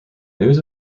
news